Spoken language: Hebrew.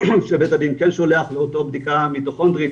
שבית הדין כן שולח לאותה בדיקה מיטוכונדרית,